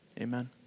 Amen